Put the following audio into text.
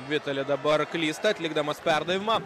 vitali dabar klysta atlikdamas perdavimą